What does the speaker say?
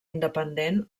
independent